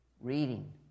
reading